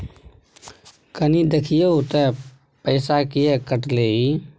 कनी देखियौ त पैसा किये कटले इ?